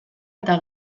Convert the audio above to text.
eta